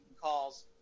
calls